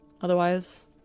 Otherwise